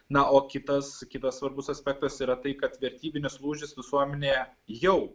na o kitas kitas svarbus aspektas yra tai kad vertybinis lūžis visuomenėje jau